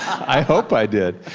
i hope i did.